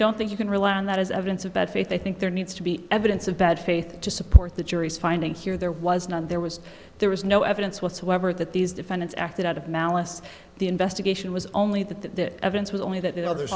don't think you can rely on that as evidence of bad faith i think there needs to be evidence of bad faith to support the jury's finding here there was none there was there was no evidence whatsoever that these defendants acted out of malice the investigation was only the the evidence was only that other